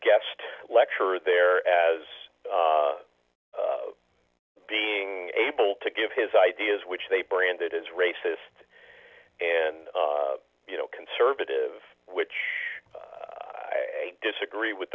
guest lecturer there as being able to give his ideas which they branded as racist and you know conservative which i disagree with